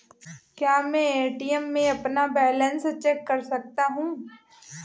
क्या मैं ए.टी.एम में अपना बैलेंस चेक कर सकता हूँ?